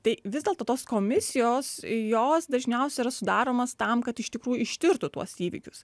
tai vis dėlto tos komisijos jos dažniausiai yra sudaromos tam kad iš tikrųjų ištirtų tuos įvykius